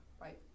Right